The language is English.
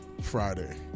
Friday